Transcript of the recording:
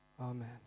Amen